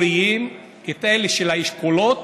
האזוריים, את אלה של האשכולות,